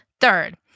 Third